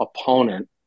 opponent